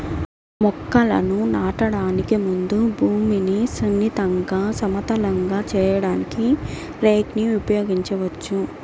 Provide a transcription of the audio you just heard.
మొక్కలను నాటడానికి ముందు భూమిని సున్నితంగా, సమతలంగా చేయడానికి రేక్ ని ఉపయోగించవచ్చు